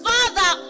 Father